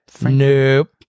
nope